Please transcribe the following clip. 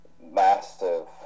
massive